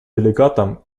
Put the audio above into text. делегатам